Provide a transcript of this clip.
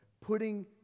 putting